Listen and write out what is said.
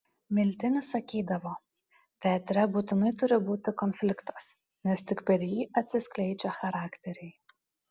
miltinis sakydavo teatre būtinai turi būti konfliktas nes tik per jį atsiskleidžia charakteriai